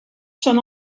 són